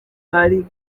hari